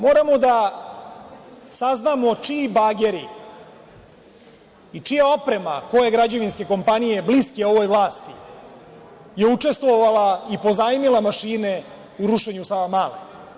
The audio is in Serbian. Moramo da saznamo čiji bageri i čija oprema, koje građevinske kompanije, bliske ovoj vlasti, je učestvovala i pozajmila mašine u rušenju Savamale?